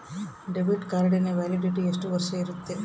Debit ಕಾರ್ಡಿನ validity ಎಷ್ಟು ವರ್ಷ ಇರುತ್ತೆ?